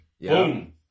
boom